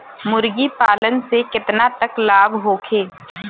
मुर्गी पालन से केतना तक लाभ होखे?